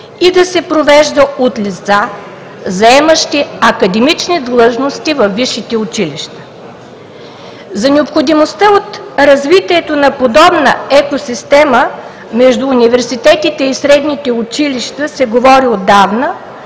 и да се провежда от лица, заемащи академични длъжности във висшите училища. За необходимостта от развитието на подобна екосистема между университетите и средните училища се говори отдавна,